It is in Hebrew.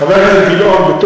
חבר הכנסת גילאון,